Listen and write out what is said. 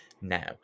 Now